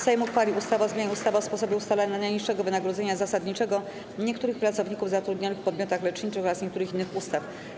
Sejm uchwalił ustawę o zmianie ustawy o sposobie ustalania najniższego wynagrodzenia zasadniczego niektórych pracowników zatrudnionych w podmiotach leczniczych oraz niektórych innych ustaw.